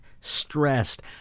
stressed